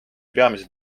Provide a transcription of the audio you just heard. peamiselt